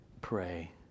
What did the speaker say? pray